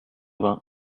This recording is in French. vingts